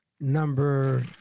Number